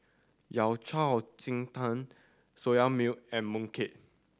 Yao Cai ji tang Soya Milk and mooncake